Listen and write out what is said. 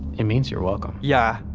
it means you're welcome yeah,